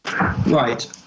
Right